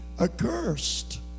accursed